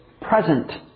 present